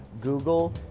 Google